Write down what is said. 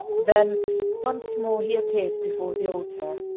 then once more he appeared before the altar,